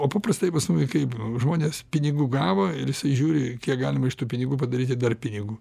o paprastai pas mumi kaip žmonės pinigų gavo ir jisai žiūri kiek galima iš tų pinigų padaryti dar pinigų